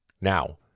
Now